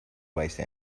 waste